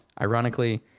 Ironically